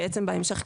בעצם בהמשך,